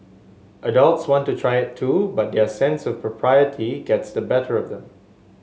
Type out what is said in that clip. adults want to try it too but their sense of propriety gets the better of them